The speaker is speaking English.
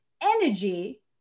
energy